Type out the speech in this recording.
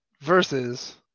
versus